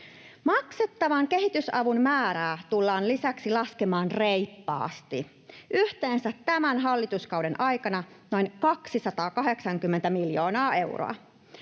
Maksettavan kehitysavun määrää tullaan lisäksi laskemaan reippaasti: yhteensä tämän hallituskauden aikana noin 280 miljoonaa euroa.